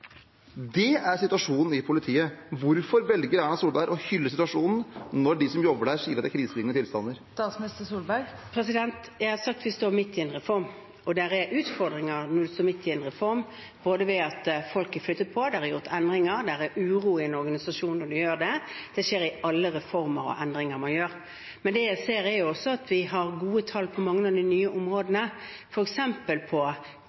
Det er situasjonen i politiet. Hvorfor velger Erna Solberg å hylle situasjonen, når de som jobber der, sier at det er kriselignende tilstander? Jeg har sagt at vi står midt i en reform, og det er utfordringer når vi står midt i en reform, både med at folk er flyttet på, at det er gjort endringer, at det er uro i en organisasjon når man gjør det – det skjer ved alle reformer og endringer man gjør. Men det jeg ser, er også at vi har gode tall på mange av de nye